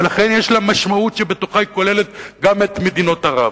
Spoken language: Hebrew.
ולכן יש לה משמעות שבתוכה היא כוללת גם את מדינות ערב.